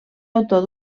autor